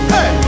Hey